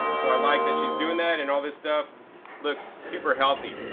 so i like that she's doing that and all this stuff looks super healthy.